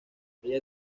ella